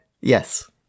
Yes